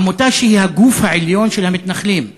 עמותה שהיא הגוף העליון של המתנחלים.